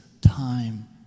time